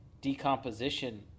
decomposition